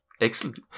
Excellent